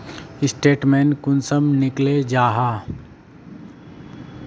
Statement कुंसम निकले जाहा?